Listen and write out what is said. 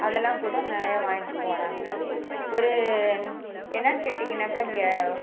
அதெல்லாம் கூட நிறையா வாங்கிட்டு போகிறாங்க ஒரு என்னெனு கேட்டிடீங்கனாக்கா இங்கே